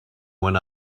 when